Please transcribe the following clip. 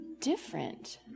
different